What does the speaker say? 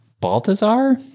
Baltazar